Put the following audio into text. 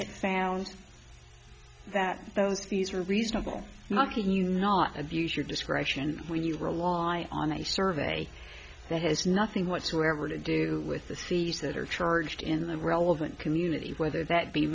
it found that those fees are reasonable mocking you not abuse your discretion when you rely on a survey that has nothing whatsoever to do with the fees that are charged in the relevant community whether that be